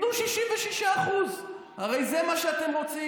תיתנו 66%. הרי זה מה שאתם רוצים.